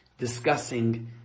discussing